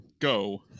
go